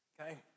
okay